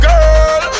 Girl